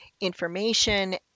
information